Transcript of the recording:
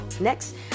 Next